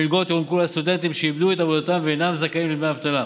המלגות יוענקו לסטודנטים שאיבדו את עבודתם ואינם זכאים לדמי אבטלה,